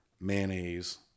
mayonnaise